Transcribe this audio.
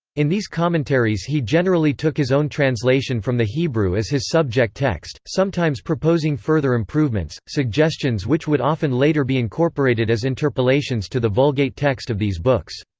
in these commentaries he generally took his own translation from the hebrew as his subject text, sometimes proposing further improvements, suggestions which would often later be incorporated as interpolations to the vulgate text of these books.